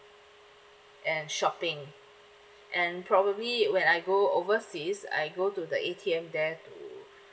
and shopping and probably when I go overseas I go to the A_T_M there to